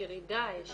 יש ירידה, יש עלייה?